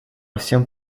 всем